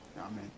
Amen